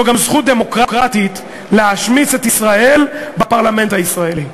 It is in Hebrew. זו גם זכות דמוקרטית להשמיץ את ישראל בפרלמנט הישראלי,